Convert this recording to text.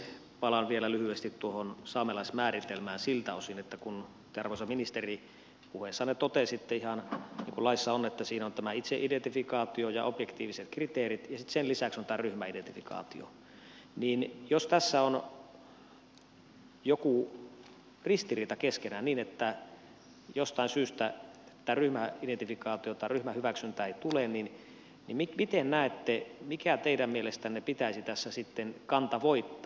palaan vielä lyhyesti tuohon saamelaismääritelmään siltä osin että kun te arvoisa ministeri puheessanne totesitte ihan niin kuin laissa on että siinä on tämä itseidentifikaatio ja objektiiviset kriteerit ja sitten sen lisäksi on tämä ryhmäidentifikaatio niin jos tässä on joku ristiriita keskenään niin että jostain syystä tätä ryhmäidentifikaatiota ryhmähyväksyntää ei tule niin miten näette mikä teidän mielestänne pitäisi tässä sitten kantavoittaa